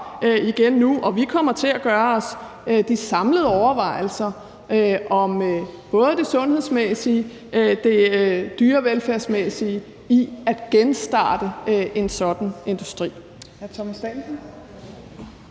igen nu, og vi kommer til samlet at gøre os overvejelser om både det sundhedsmæssige og det dyrevelfærdsmæssige i at genstarte en sådan industri.